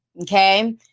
okay